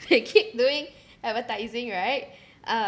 they keep doing advertising right uh